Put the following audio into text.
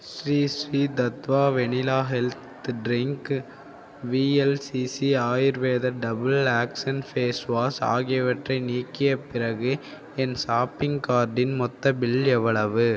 Sri Sri Tattva vanilla health drink VLCC Ayurveda double action face wash ஆகியவற்றை நீக்கிய பிறகு என் ஷாப்பிங் கார்ட்டின் மொத்த பில் எவ்வளவு